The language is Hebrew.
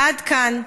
עד כאן.